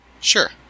Sure